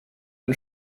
den